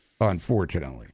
unfortunately